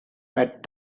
had